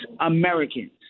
Americans